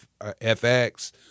FX